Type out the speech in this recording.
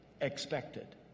expected